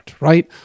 right